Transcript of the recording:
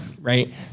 right